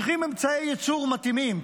אנחנו צריכים אמצעי ייצור מתאימים.